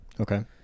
Okay